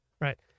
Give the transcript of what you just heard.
right